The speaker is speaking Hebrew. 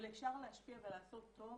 אבל אפשר להשפיע ולעשות טוב